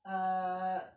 err